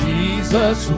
Jesus